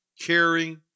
caring